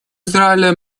израиля